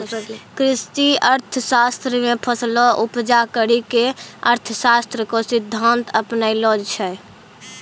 कृषि अर्थशास्त्र मे फसलो उपजा करी के अर्थशास्त्र रो सिद्धान्त अपनैलो छै